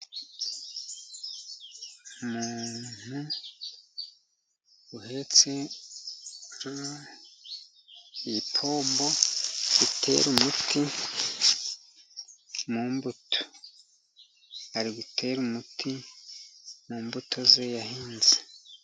Umuntu uhetse ipombo itera umuti mu mbuto ari guterare umuti mu mbuto ze yahinze.